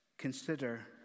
Consider